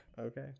Okay